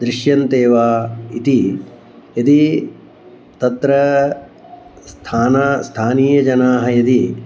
दृश्यन्ते वा इति यदि तत्र स्थाने स्थानीयजनाः यदि